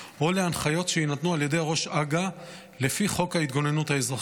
או להנחיות שיינתנו על ידי ראש הג"א לפי חוק ההתגוננות האזרחית,